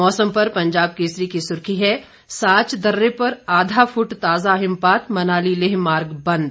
मौसम पर पंजाब केसरी की सुर्खी है साच दर्रे पर आधा फुट ताजा हिमपात मनाली लेह मार्ग बंद